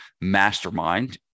mastermind